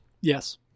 Yes